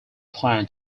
plan